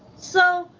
so,